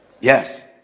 yes